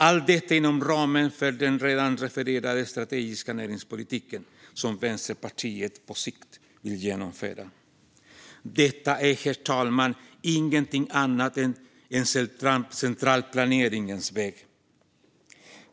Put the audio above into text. Allt detta inom ramen för den redan refererade strategiska näringspolitik som Vänsterpartiet på sikt vill genomföra. Detta är, herr talman, ingenting annat än centralplaneringens väg.